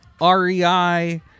rei